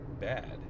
bad